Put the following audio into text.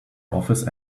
office